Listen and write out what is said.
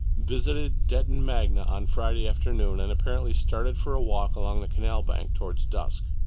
visited detton magna on friday afternoon and apparently started for a walk along the canal bank, towards dusk.